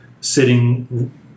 sitting